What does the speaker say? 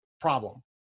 problem